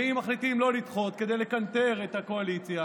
ואם מחליטים שלא לדחות כדי לקנטר את הקואליציה